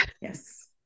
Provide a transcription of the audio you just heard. yes